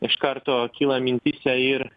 iš karto kyla mintyse ir